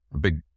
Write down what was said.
big